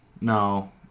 No